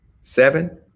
seven